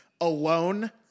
alone